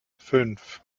fünf